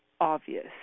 obvious